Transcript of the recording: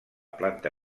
planta